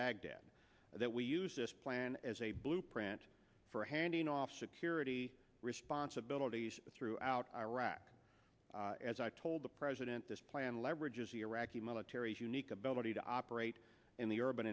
baghdad that we use this plan as a blueprint for handing off security responsibilities throughout iraq as i told the president this plan leverage is the iraqi military's unique ability to operate in the urban